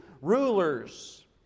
rulers